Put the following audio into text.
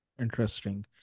interesting